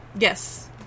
Yes